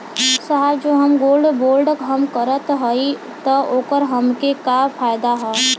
साहब जो हम गोल्ड बोंड हम करत हई त ओकर हमके का फायदा ह?